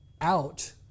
out